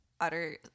utter